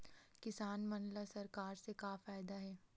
किसान मन ला सरकार से का फ़ायदा हे?